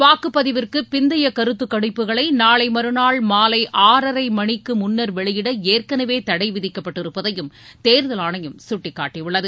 வாக்குப்பதிவுக்கு பிந்தைய கருத்துக்கணிப்புகளை நாளை மறுநாள் மாலை ஆறரை மணிக்கு முன்னர் வெளியிட ஏற்கனவே தடை விதிக்கப்பட்டிருப்பதையும் தேர்தல் ஆணையம் சுட்டிக்காட்டியுள்ளது